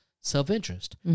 Self-interest